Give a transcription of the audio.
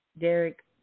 Derek